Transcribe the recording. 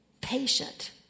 Patient